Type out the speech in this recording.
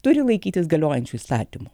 turi laikytis galiojančių įstatymų